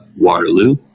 Waterloo